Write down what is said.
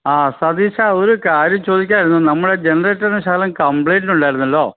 ആ സതീശാ ഒരു കാര്യം ചോദിക്കാനായിരുന്നു നമ്മുടെ ജനറേറ്ററിന് ശകലം കംപ്ലൈൻ്റ് ഉണ്ടായിരുന്നല്ലോ